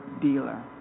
dealer